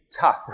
tough